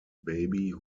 baby